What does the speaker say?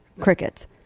Crickets